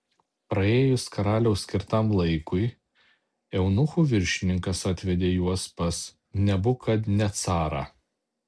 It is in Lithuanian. praėjus karaliaus skirtam laikui eunuchų viršininkas atvedė juos pas nebukadnecarą